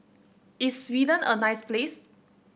is Sweden a nice place